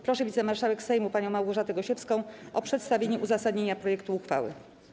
Proszę wicemarszałek Sejmu panią Małgorzatę Gosiewską o przedstawienie uzasadnienia projektu uchwały.